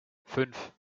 fünf